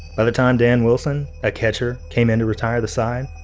by the time dan wilson, a catcher, came in to retire the sign,